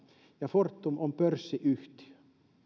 ja fortum on pörssiyhtiö